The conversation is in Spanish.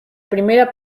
primera